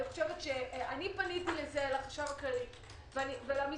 אני פניתי על זה לחשב הכללי ולאנשיו.